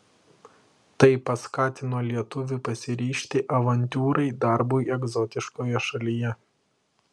tai paskatino lietuvį pasiryžti avantiūrai darbui egzotiškoje šalyje